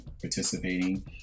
participating